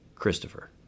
Christopher